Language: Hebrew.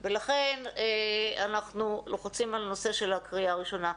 ולכן אנחנו לוחצים על הנושא של הקריאה הראשונה.